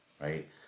right